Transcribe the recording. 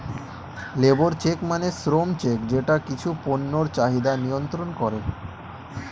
labour check মানে শ্রম check যেটা কিছু পণ্যের চাহিদা নিয়ন্ত্রন করে